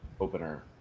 Opener